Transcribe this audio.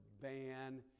van